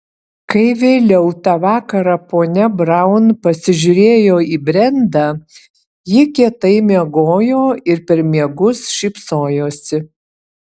kai vėliau tą vakarą ponia braun pasižiūrėjo į brendą ji kietai miegojo ir per miegus šypsojosi